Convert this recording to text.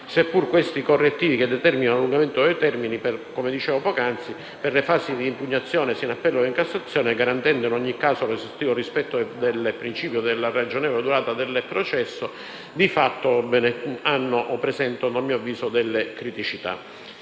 seppure questi correttivi che determinano l'aumento dei termini, come dicevo poc'anzi, per le fasi di impugnazione, sia in appello sia in Cassazione, garantendo in ogni caso l'esaustivo del rispetto del principio della ragionevole durata del processo, di fatto, a mio avviso presentano delle criticità.